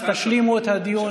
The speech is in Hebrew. אז תשלימו את הדיון